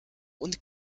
und